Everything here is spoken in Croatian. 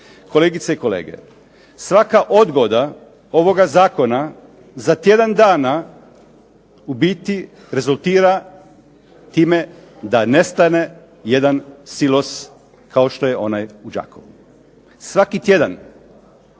Kolegice i kolege, svaka odgoda ovoga zakona za tjedan dana u biti rezultira time da nestane jedan silos kao što je onaj u Đakovu, svaki tjedan.